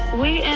we and